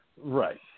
Right